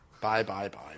Bye-bye-bye